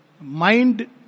Mind